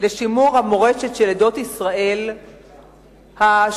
לשימור המורשת של עדות ישראל השונות,